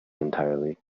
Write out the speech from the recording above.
entirely